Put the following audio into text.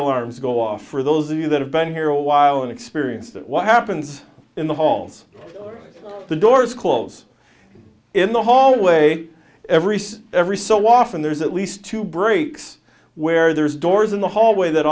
alarms go off for those of you that have been here a while an experience that what happens in the halls the doors close in the hallway every every so often there's at least two breaks where there's doors in the hallway that